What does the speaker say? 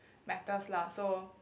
matters lah so